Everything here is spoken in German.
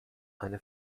eine